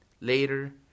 later